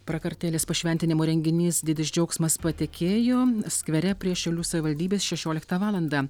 prakartėlės pašventinimo renginys didis džiaugsmas patekėjo skvere prie šiaulių savivaldybės šešioliktą valandą